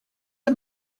are